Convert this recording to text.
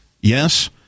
Yes